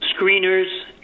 screeners